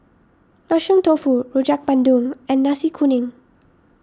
Mushroom Tofu Rojak Bandung and Nasi Kuning